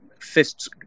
fists